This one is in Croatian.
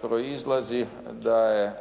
proizlazi da je